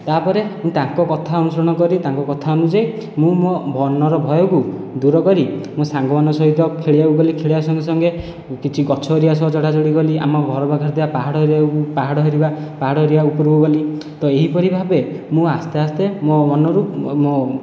ତା'ପରେ ମୁଁ ତାଙ୍କ କଥା ଅନୁସରଣ କରି ତାଙ୍କ କଥା ଅନୁଯାୟୀ ମୁଁ ମୋ ମନର ଭୟକୁ ଦୂର କରି ମୋ ସାଙ୍ଗମାନଙ୍କ ସହିତ ଖେଳିବାକୁ ଗଲି ଖେଳିବା ସଙ୍ଗେ ସଙ୍ଗେ କିଛି ଗଛ ହେରିକା ସହ ଚଢ଼ା ଚଢ଼ି କଲି ଆମ ଘର ପାଖରେ ଥିବା ପାହାଡ଼ ଏରିୟାକୁ ପାହାଡ଼ ହେରିବା ପାହାଡ଼ ଏରିୟା ଉପରକୁ ଗଲି ତ ଏହିପରି ଭାବେ ମୁଁ ଆସ୍ତେ ଆସ୍ତେ ମୋ ମନରୁ ମୋ